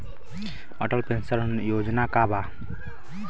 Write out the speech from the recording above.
Atal pension Yojana का बा?